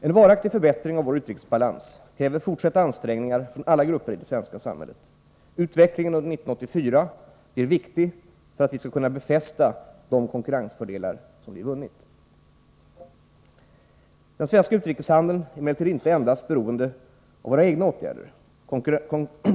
En varaktig förbättring av vår utrikesbalans kräver fortsatta ansträngningar från alla grupper i det svenska samhället. Utvecklingen under 1984 blir viktig för att vi skall kunna befästa de konkurrensfördelar som vi vunnit. Den svenska utrikeshandeln är emellertid inte endast beroende av våra egna åtgärder.